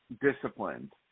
disciplined